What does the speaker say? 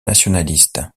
nationalistes